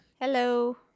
Hello